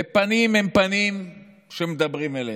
ופנים הם פנים שמדברים אלינו,